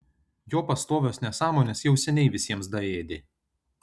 jo pastovios nesąmonės jau seniai visiems daėdė